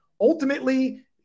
Ultimately